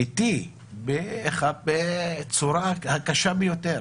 איתי בצורה הקשה ביותר